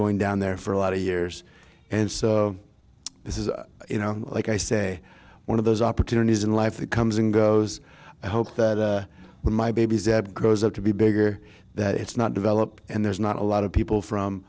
going down there for a lot of years and so this is you know like i say one of those opportunities in life that comes and goes i hope that with my babies that grows up to be bigger that it's not developed and there's not a lot of people from